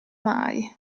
mai